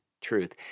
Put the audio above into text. truth